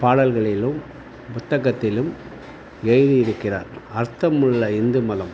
பாடல்களிலும் புத்தகத்திலும் எழுதியிருக்கிறார் அர்த்தம் உள்ள இந்து மதம்